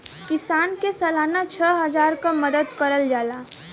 किसान के सालाना छः हजार क मदद करल जाला